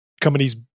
companies